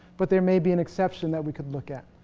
but there may be an exception that we could look at,